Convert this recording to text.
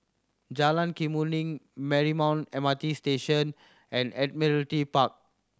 Jalan Kemuning Marymount M R T Station and Admiralty Park